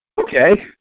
okay